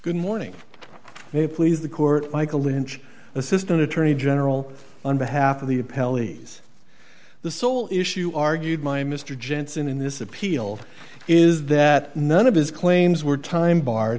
good morning they please the court michael lynch assistant attorney general on behalf of the pelleas the sole issue argued my mr jensen in this appeal is that none of his claims were time bar